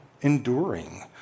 enduring